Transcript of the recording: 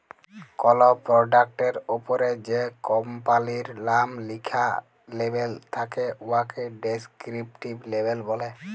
call পরডাক্টের উপরে যে কম্পালির লাম লিখ্যা লেবেল থ্যাকে উয়াকে ডেসকিরিপটিভ লেবেল ব্যলে